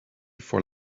for